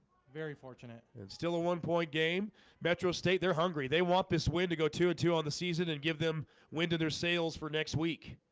very fortunate it's still a one-point game metro state. they're hungry they want this win to go to a two on the season and give them win to their sails for next week